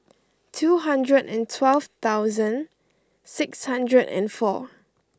two hundred and twelve thousand six hundred and four